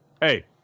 hey